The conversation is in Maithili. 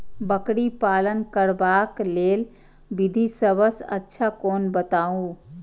बकरी पालन करबाक लेल विधि सबसँ अच्छा कोन बताउ?